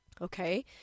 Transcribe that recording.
okay